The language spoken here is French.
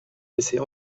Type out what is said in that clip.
laisser